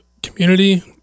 Community